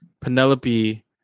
penelope